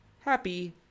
Happy